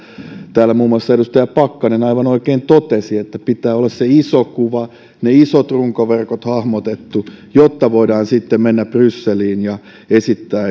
täällä muun muassa edustaja pakkanen aivan oikein totesi että pitää olla se iso kuva ne isot runkoverkot hahmotettu jotta voidaan sitten mennä brysseliin ja esittää